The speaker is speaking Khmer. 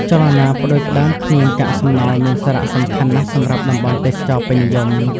ចលនាផ្តួចផ្តើមគ្មានកាកសំណល់មានសារៈសំខាន់ណាស់សម្រាប់តំបន់ទេសចរណ៍ពេញនិយម។